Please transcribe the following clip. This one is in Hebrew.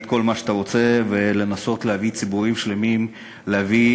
כל מה שאתה רוצה ולנסות להביא ציבורים שלמים למרד,